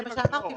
כמו שאמרתי,